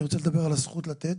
אני רוצה לדבר על הזכות לתת.